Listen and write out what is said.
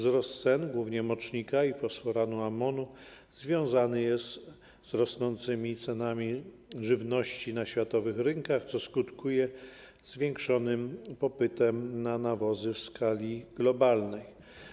Wzrost cen, głównie mocznika i fosforanu amonu, związany jest z rosnącymi cenami żywności na światowych rynkach, co skutkuje zwiększonym popytem na nawozy w skali globalnej.